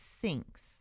sinks